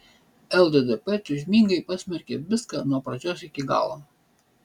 lddp tūžmingai pasmerkė viską nuo pradžios iki galo